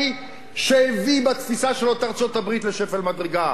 שהביא בתפיסה שלו את ארצות-הברית לשפל מדרגה.